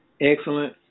excellent